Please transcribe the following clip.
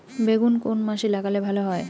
বেগুন কোন মাসে লাগালে ভালো হয়?